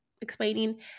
explaining